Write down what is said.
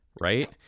right